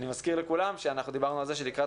אני מזכיר לכולם שאנחנו דיברנו על זה שלקראת